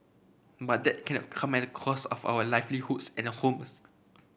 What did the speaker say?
but that cannot come at the cost of our livelihoods and homes